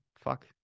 Fuck